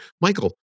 Michael